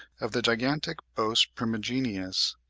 of the gigantic bos primigenius.